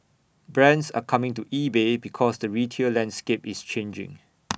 brands are coming to eBay because the retail landscape is changing